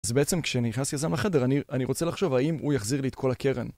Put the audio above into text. אז בעצם כשנכנס יזם לחדר אני רוצה לחשוב האם הוא יחזיר לי את כל הקרן